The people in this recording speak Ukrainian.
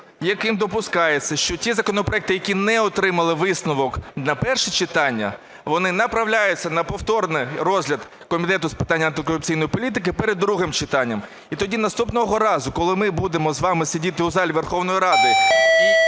яким допускається, що ті законопроекти, які не отримали висновок на перше читання, вони направляються на повторний розгляд Комітету з питань антикорупційної політики перед другим читанням. І тоді наступного разу, коли ми будемо з вами сидіти у залі Верховної Ради і